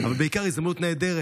אבל זו בעיקר הזדמנות נהדרת,